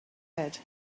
bed